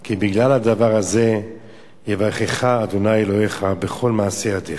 כי בגלל הדבר הזה יברכך ה' אלהיך בכל מעשה ידיך".